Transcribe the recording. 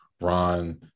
Ron